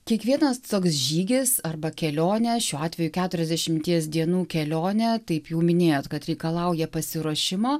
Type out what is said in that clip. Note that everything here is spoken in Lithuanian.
kiekvienas toks žygis arba kelionė šiuo atveju keturiasdešimties dienų kelionė taip jau minėjot kad reikalauja pasiruošimo